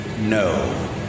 No